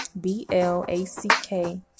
B-L-A-C-K